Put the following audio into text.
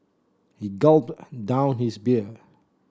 he gulped down his beer